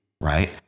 right